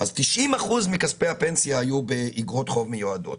אז 90% מכספי הפנסיה היו באיגרות חוב מיועדות,